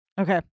Okay